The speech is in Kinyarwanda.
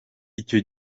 icyo